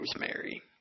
Rosemary